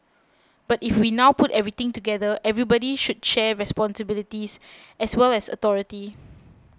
but if we now put everything together everybody should share responsibilities as well as authority